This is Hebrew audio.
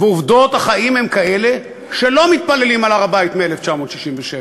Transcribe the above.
ועובדות החיים הן כאלה שלא מתפללים על הר-הבית מ-1967.